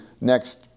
next